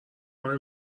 منو